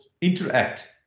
interact